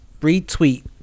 retweet